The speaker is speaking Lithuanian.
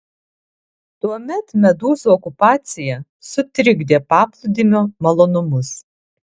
tuomet medūzų okupacija sutrikdė paplūdimio malonumus